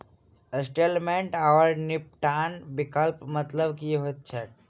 Settlement आओर निपटान विकल्पक मतलब की होइत छैक?